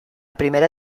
primera